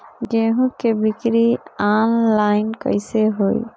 गेहूं के बिक्री आनलाइन कइसे होई?